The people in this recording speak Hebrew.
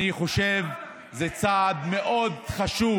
אני חושב שזה צעד מאוד חשוב